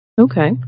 Okay